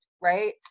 right